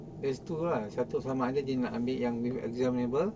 that's two lah satu sama ada dia nak ambil with examinable